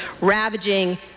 ravaging